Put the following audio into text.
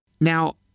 Now